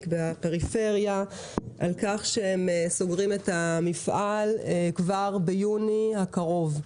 בפריפריה על כך שהם סוגרים את המפעל כבר ביוני הקרוב.